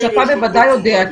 שאתה בוודאי יודע,